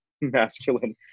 masculine